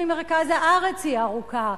הדרך ממרכז הארץ היא ארוכה,